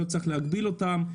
לא צריך להגביל אותם.